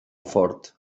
fort